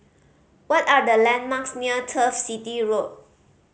what are the landmarks near Turf City Road